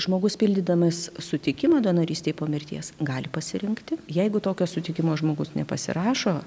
žmogus pildydamas sutikimą donorystei po mirties gali pasirinkti jeigu tokio sutikimo žmogus nepasirašo